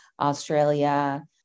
australia